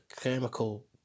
chemical